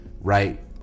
right